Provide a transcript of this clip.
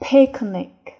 Picnic